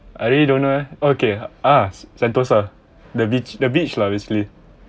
I really don't know eh okay ah sentosa the beach the beach lah basically